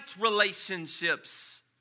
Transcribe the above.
relationships